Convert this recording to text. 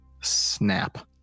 snap